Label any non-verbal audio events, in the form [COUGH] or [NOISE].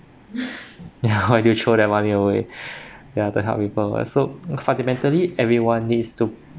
ya why do you throw that money away [BREATH] ya to help people uh so fundamentally everyone needs to